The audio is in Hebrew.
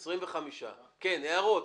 הערות?